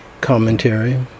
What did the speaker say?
Commentary